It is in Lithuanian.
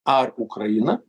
ar ukraina